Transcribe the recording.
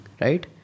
right